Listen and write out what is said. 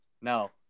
No